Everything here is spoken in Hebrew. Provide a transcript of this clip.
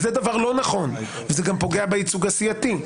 זה דבר לא נכון וזה גם פוגע בייצוג הסיעתי.